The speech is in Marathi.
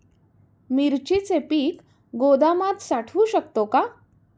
मिरचीचे पीक गोदामात साठवू शकतो का?